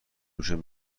میشد